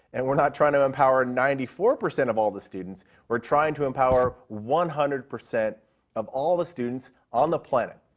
and we are not trying to empower ninety four percent of all of the students. we are trying to empower one hundred percent of all of the students on the planet.